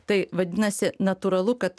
tai vadinasi natūralu kad